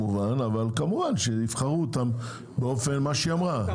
אבל יבחרו אותם לפי מה שנקבע.